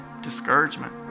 discouragement